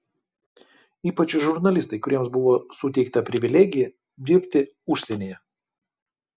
ypač žurnalistai kuriems buvo suteikta privilegija dirbti užsienyje